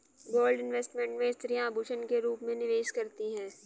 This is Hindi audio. गोल्ड इन्वेस्टमेंट में स्त्रियां आभूषण के रूप में निवेश करती हैं